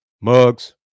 mugs